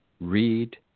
read